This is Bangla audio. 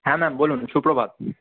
হ্যাঁ ম্যাম বলুন সুপ্রভাত